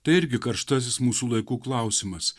tai irgi karštasis mūsų laikų klausimas